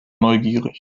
neugierig